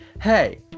hey